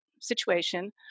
situation